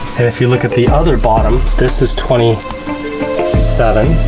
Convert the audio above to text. and if you look at the other bottom, this is twenty seven,